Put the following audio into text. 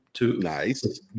Nice